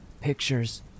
Pictures